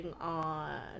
on